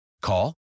Call